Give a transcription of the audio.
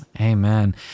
Amen